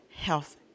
health